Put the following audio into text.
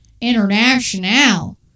International